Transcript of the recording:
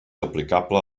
aplicable